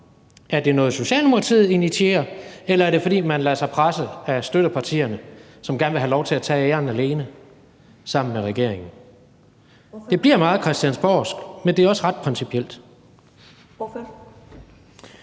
Er det noget, Socialdemokratiet initierer, eller er det, fordi man lader sig presse af støttepartierne, som gerne vil have lov til at tage æren alene sammen med regeringen? Det bliver meget christiansborgsk, men det er også ret principielt.